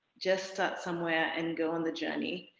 just start somewhere and go on the journey.